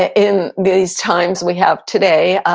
in these times we have today,